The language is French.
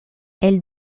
elle